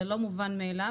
זה לא מובן מאליו.